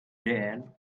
then